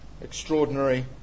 extraordinary